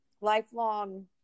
lifelong